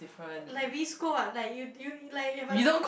like we squad like you do you like if I do